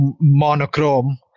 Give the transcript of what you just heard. Monochrome